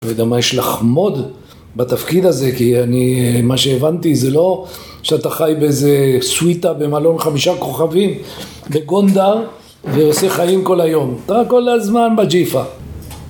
אתה יודע מה, יש לך מוד בתפקיד הזה, כי אני, מה שהבנתי, זה לא שאתה חי באיזה סוויטה, במלון חמישה כוכבים בגונדר, ועושה חיים כל היום. אתה כל הזמן בג'יפה.